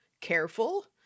careful